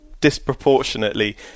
disproportionately